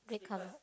red color